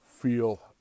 feel